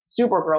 Supergirl